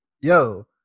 Yo